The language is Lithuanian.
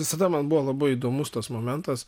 visada man buvo labai įdomus tas momentas